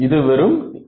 இது வெறும் Ez